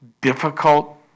difficult